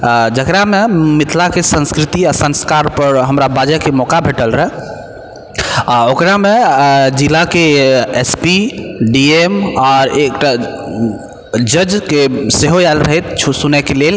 जकरामे मिथिलाके संस्कृति आओर संस्कारपर हमरा बाजयके मौका भेटल रहय आओर ओकरामे जिलाके एस पी डी एम आओर एक टा जजके सेहो आयल रहथि सुनयके लेल